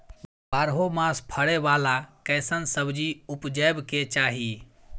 बारहो मास फरै बाला कैसन सब्जी उपजैब के चाही?